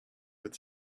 with